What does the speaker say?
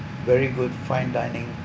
very good fine dining